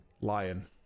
Lion